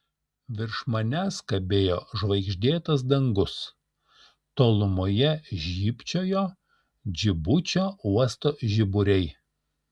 virš manęs kabėjo žvaigždėtas dangus tolumoje žybčiojo džibučio uosto žiburiai